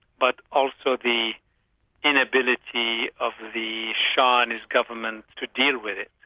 but also the inability of the shah and his government to deal with it.